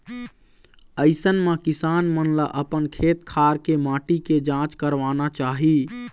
अइसन म किसान मन ल अपन खेत खार के माटी के जांच करवाना चाही